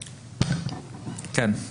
כן,